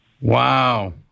Wow